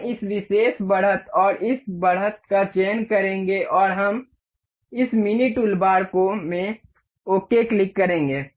हम इस विशेष बढ़त और इस बढ़त का चयन करेंगे और हम इस मिनी टूलबार में ओके क्लिक करेंगे